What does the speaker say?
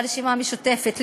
לרשימה המשותפת,